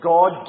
God